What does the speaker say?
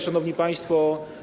Szanowni Państwo!